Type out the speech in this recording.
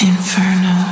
Inferno